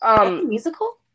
Musical